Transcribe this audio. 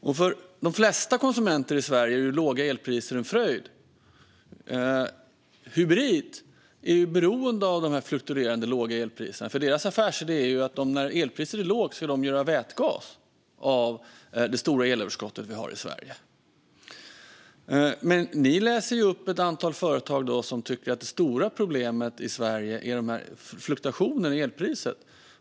För de flesta konsumenter i Sverige är låga elpriser en fröjd. Hybrit är beroende av de fluktuerande låga elpriserna. Deras affärsidé är att när elpriset är lågt ska de göra vätgas av det stora elöverskottet vi har i Sverige. Ni läser upp ett antal företag som tycker att det stora problemet i Sverige är fluktuationerna i elpriset.